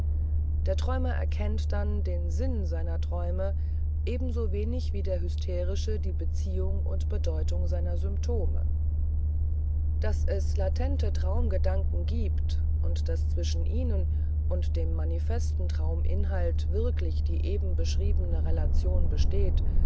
der träumer erkennt dann den sinn seiner träume ebenso wenig wie der hysterische die beziehung und bedeutung seiner symptome daß es latente traumgedanken gibt und daß zwischen ihnen und dem manifesten trauminhalt wirklich die eben beschriebene relation besteht